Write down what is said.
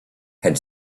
had